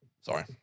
Sorry